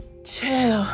Chill